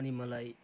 अनि मलाई